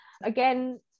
again